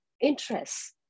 interest